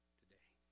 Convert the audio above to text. today